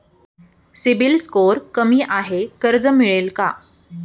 CIBIL score कमी आहे कर्ज मिळेल का?